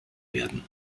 werden